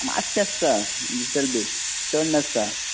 माश्शे आसता little bit चड नासता